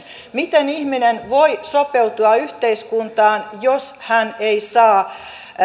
miten ihminen voi sopeutua yhteiskuntaan jos hän ei saa